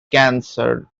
cancer